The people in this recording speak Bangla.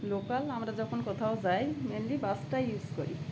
লোকাল আমরা যখন কোথাও যাই মইেনলি বাসটাই ইউস করি